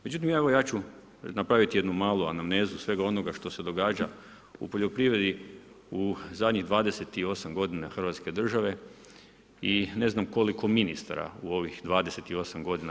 Međutim, ja ću napraviti jednu malu anamnezu svega onoga što se događa u poljoprivredi u zadnjih 28 godina hrvatske države i ne znam koliko ministara u ovih 28 godina.